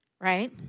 right